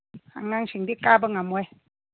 ꯑꯉꯥꯡꯁꯤꯡꯗꯤ ꯀꯥꯕ ꯉꯝꯃꯣꯏ